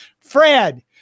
Fred